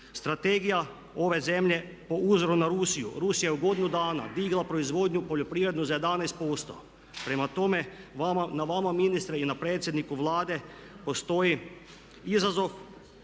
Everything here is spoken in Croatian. Strategija ove zemlje po uzoru na Rusiju, Rusija je u godinu dana digla proizvodnju poljoprivrednu za 11%. Prema tome na vama je ministre i na predsjedniku Vlade izazov